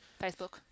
Facebook